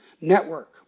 Network